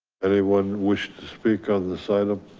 anyone wish to speak on the side of